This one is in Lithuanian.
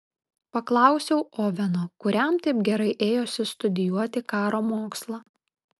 paklausiau oveno kuriam taip gerai ėjosi studijuoti karo mokslą